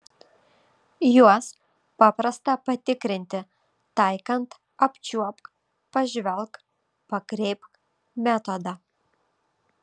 juos paprasta patikrinti taikant apčiuopk pažvelk pakreipk metodą